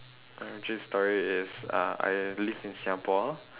origin story is uh I live in singapore